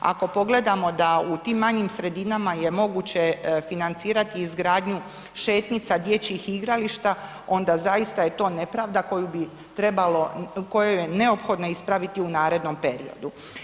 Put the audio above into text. Ako pogledamo da u tim manjim sredinama je moguće financirati izgradnju šetnica, dječjih igrališta onda zaista je to nepravda koju bi trebalo, koju je neophodno ispraviti u narednom periodu.